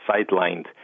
sidelined